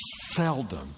seldom